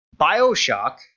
Bioshock